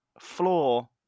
floor